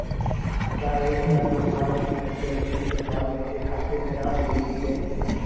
क्या एक या दो साल की मैच्योरिटी के बाद मेरे खाते में राशि भेज दी जाएगी?